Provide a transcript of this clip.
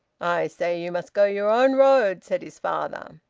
i say you must go your own road, said his father.